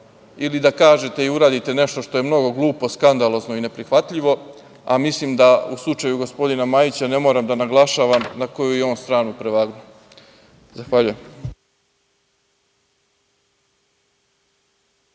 ili da kažete i uradite nešto što je mnogo glupo i skandalozno i neprihvatljivo. Mislim da u slučaju gospodina Majića, ne moram da naglašavam na koju je on stranu prevagnuo. Zahvaljujem.